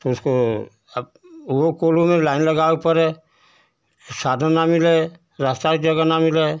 तो उसको अब वोहु कोल्हू में लाइन लगाने के परै साधन ना मिले रास्ता जगह ना मिले